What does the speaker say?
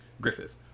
griffith